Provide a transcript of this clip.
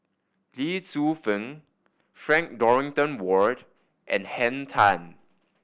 Lee Tzu Pheng Frank Dorrington Ward and Henn Tan